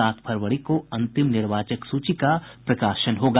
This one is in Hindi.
सात फरवरी को अंतिम निर्वाचक सूची का प्रकाशन होगा